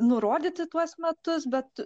nurodyti tuos metus bet